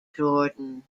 jordan